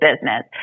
business